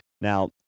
Now